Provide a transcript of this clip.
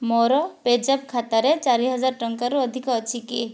ମୋର ପେ ଜାପ୍ ଖାତାରେ ଚାରିହଜାର ଟଙ୍କାରୁ ଅଧିକ ଅଛି କି